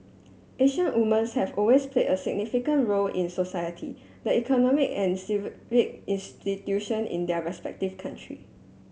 Asian woman have always play a significant role in society the economy and institution in their respective country